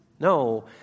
No